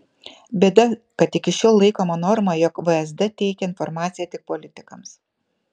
bėda kad iki šiol laikoma norma jog vsd teikia informaciją tik politikams